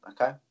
okay